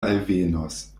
alvenos